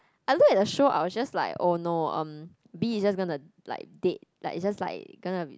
I look at the show I was just like oh no um B is just gonna like date like is just like gonna be